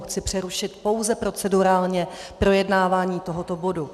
Chci přerušit pouze procedurálně projednávání tohoto bodu.